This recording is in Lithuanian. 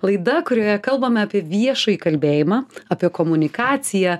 laida kurioje kalbame apie viešąjį kalbėjimą apie komunikaciją